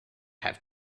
have